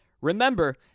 Remember